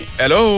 hello